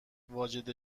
واجد